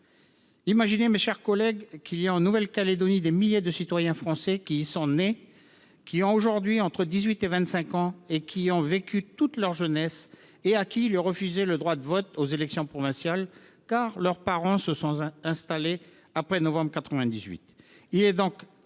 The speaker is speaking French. Songez, mes chers collègues, qu’en Nouvelle Calédonie des milliers de citoyens français, qui y sont nés, qui ont aujourd’hui entre 18 et 25 ans et qui y ont vécu toute leur jeunesse, se voient refuser le droit de vote aux élections provinciales, car leurs parents se sont installés sur le